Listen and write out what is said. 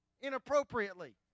inappropriately